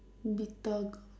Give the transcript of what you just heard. bitter gourd